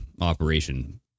operation